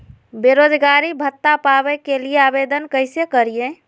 बेरोजगारी भत्ता पावे के लिए आवेदन कैसे करियय?